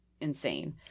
insane